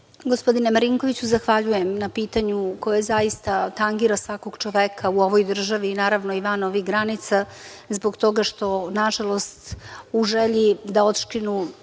Gospodine Marinkoviću, zahvaljujem na pitanju koje zaista tangira svakog čoveka u ovoj državi, naravno i van ovih granica, zbog toga što, na žalost, u želji da otškrinu